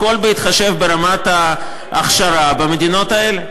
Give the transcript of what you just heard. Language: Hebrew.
הכול בהתחשב ברמת ההכשרה במדינות האלה,